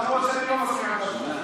למרות שאני לא מסכים עם דרכו.